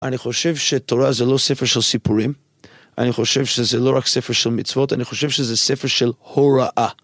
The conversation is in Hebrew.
אני חושב שתורה זה לא ספר של סיפורים. אני חושב שזה לא רק ספר של מצוות, אני חושב שזה ספר של הוראה.